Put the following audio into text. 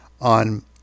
on